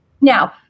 Now